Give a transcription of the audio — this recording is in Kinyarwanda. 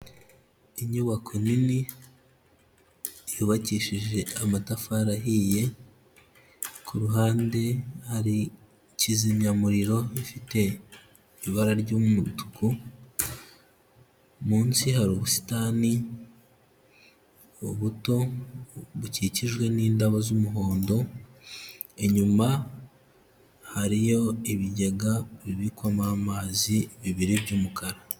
Inyubako nini yubakishije amatafari ahiye ku ruhande hari kizimyamuriro ifite ibara ry'umutuku, munsi hari ubusitani buto bukikijwe n'indabo z'umuhondo, inyuma hariyo ibigega bibikwamo amazi bibiri by'umukara.